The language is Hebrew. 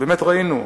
ובאמת ראינו,